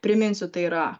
priminsiu tai yra